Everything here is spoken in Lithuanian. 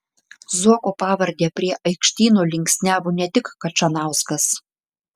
zuoko pavardę prie aikštyno linksniavo ne tik kačanauskas